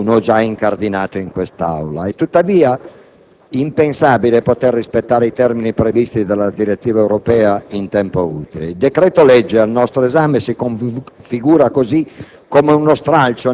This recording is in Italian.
691 già incardinato in quest'Aula. È tuttavia impensabile poter rispettare i termini previsti dalla direttiva europea in tempo utile. Il decreto-legge al nostro esame si configura così